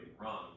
wrong